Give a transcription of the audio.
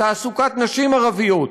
תעסוקת נשים ערביות,